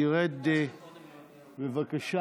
תרד, בבקשה.